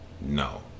no